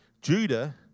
Judah